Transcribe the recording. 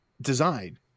design